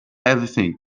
everything